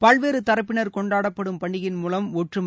பல்வேறு தரப்பினர் கொண்டாடப்படும் பண்டிகையின் மூலம் ஒற்றுமை